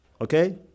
Okay